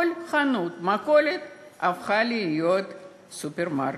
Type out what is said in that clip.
כל חנות מכולת הפכה להיות סופרמרקט,